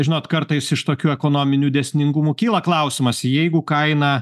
žinot kartais iš tokių ekonominių dėsningumų kyla klausimas jeigu kaina